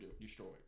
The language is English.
destroyed